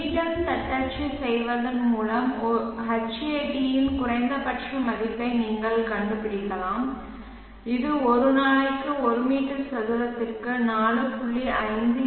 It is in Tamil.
நிமிடம் தட்டச்சு செய்வதன் மூலம் Hat யின் குறைந்தபட்ச மதிப்பை நீங்கள் கண்டுபிடிக்கலாம் இது ஒரு நாளைக்கு ஒரு மீட்டர் சதுரத்திற்கு 4